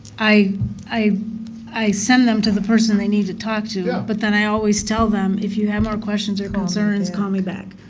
i i send them to the person they need to talk to. but then i always tell them if you have more questions or concerns call me back.